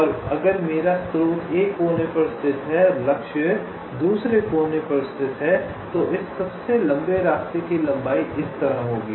और अगर मेरा स्रोत एक कोने पर स्थित है और लक्ष्य दूसरे कोने पर स्थित है तो इस सबसे लंबे रास्ते की लंबाई इस तरह होगी